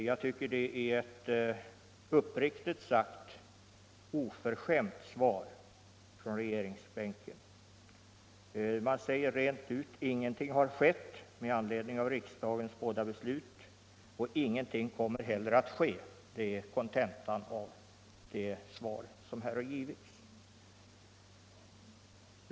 Jag tycker uppriktigt sagt att det är ett oförskämt svar som lämnats från regeringsbänken. Man säger rent ut: Ingenting har skett med anledning av riksdagens båda beslut och ingenting kommer heller att ske. Det är kontentan av det svar som har givits.